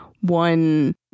one